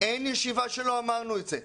אין ישיבה שלא אמרנו את זה,